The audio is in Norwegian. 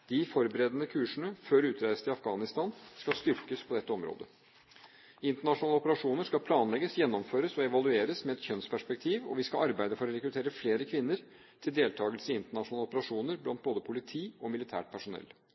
De forberedende kursene før utreise til Afghanistan skal styrkes på dette området. Internasjonale operasjoner skal planlegges, gjennomføres og evalueres med et kjønnsperspektiv, og vi skal arbeide for å rekruttere flere kvinner til deltakelse i internasjonale operasjoner, både blant politi og militært personell.